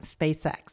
SpaceX